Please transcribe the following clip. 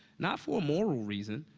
not for a moral reason,